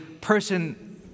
person